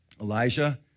Elijah